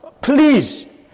please